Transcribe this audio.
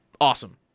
Awesome